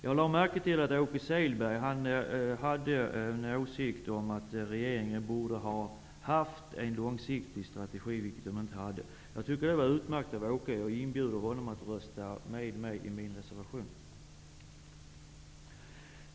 Jag lade märke till att Åke Selberg hade åsikten att regeringen borde ha haft en långsiktig strategi, vilket den alltså inte haft. Jag tycker att det är utmärkt, och jag inbjuder Åke Selberg att rösta för min reservation.